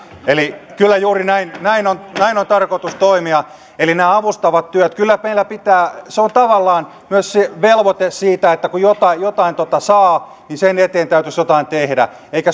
kyllä juuri näin on näin on tarkoitus toimia eli on nämä avustavat työt kyllä meillä on tavallaan myös se velvoite siitä että kun jotain jotain saa niin sen eteen täytyisi jotain tehdä eikä